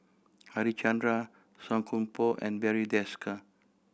Harichandra Song Koon Poh and Barry Desker